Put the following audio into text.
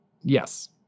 Yes